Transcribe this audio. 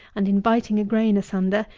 and in biting a grain asunder,